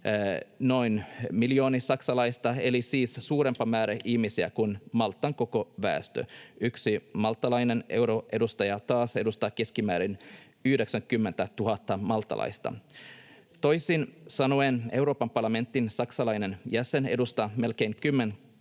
noin miljoonaa saksalaista eli suurempaa määrää ihmisiä kuin Maltan koko väestö. Yksi maltalainen euroedustaja taas edustaa keskimäärin 90 000:ta maltalaista. Toisin sanoen Euroopan parlamentin saksalainen jäsen edustaa melkein